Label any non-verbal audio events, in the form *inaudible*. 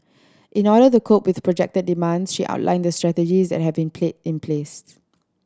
in order to cope with projected demands she outlined the strategies that have been *unintelligible* in placed